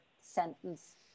sentence